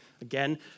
Again